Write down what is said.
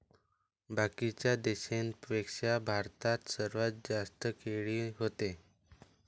बाकीच्या देशाइंपेक्षा भारतात सर्वात जास्त केळी व्हते